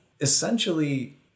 essentially